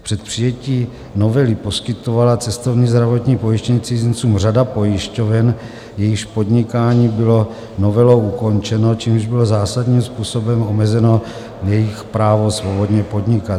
Před přijetím novely poskytovala cestovní zdravotní pojištění cizincům řada pojišťoven, jejichž podnikání bylo novelou ukončeno, čímž bylo zásadním způsobem omezeno jejich právo svobodně podnikat.